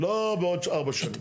לא בעוד 4 שנים.